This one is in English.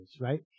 right